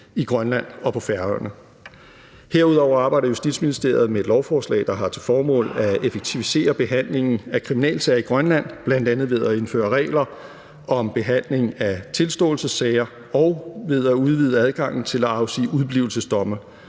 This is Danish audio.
i Grønland og på Færøerne. Herudover arbejder Justitsministeriet med et lovforslag, der har til formål at effektivisere behandlingen af kriminalsager i Grønland, bl.a. ved at indføre regler om behandling af tilståelsessager og ved at udvide adgangen til at afsige udeblivelsesdomme.